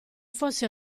fosse